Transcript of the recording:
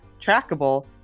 trackable